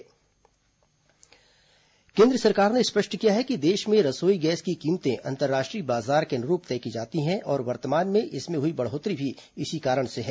रसोई gas cylinder कीमत केंद्र सरकार ने स्पष्ट किया है कि देश में रसोई गैस की कीमतें अंतर्राष्ट्रीय बाजार के अनुरूप तय की जाती हैं और वर्तमान में इसमें हुई बढोत्तरी भी इसी कारण से है